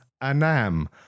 Anam